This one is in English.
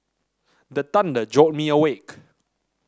the thunder jolt me awake